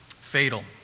fatal